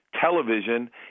television